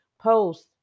post